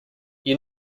you